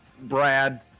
Brad